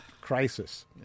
crisis